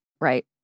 Right